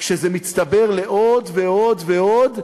כשזה מצטבר לעוד ועוד ועוד,